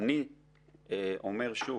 אני אומר שוב: